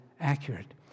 accurate